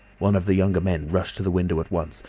one of the younger men rushed to the window at once,